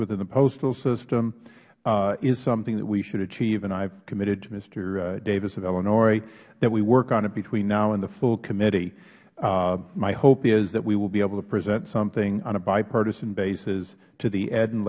within the postal system is something that we should achieve and i have committed to mister davis of illinois that we work on it between now and the full committee my hope is that we will be able to present something on a bipartisan basis to the ed and